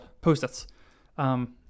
post-its